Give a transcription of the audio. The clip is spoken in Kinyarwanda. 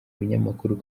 binyamakuru